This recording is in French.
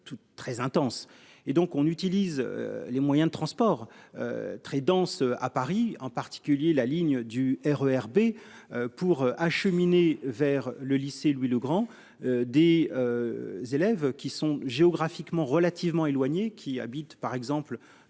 très intense et donc on utilise les moyens de transport. Très dense à Paris en particulier la ligne du RER B pour acheminer vers le lycée Louis-le-Grand des. Élèves qui sont géographiquement relativement éloigné qui habitent par exemple